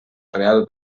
real